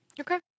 Okay